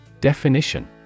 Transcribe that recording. Definition